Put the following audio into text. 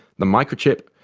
the microchip,